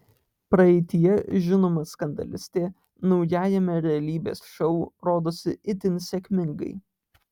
praeityje žinoma skandalistė naujajame realybės šou rodosi itin sėkmingai